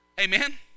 Amen